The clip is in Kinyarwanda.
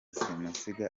simusiga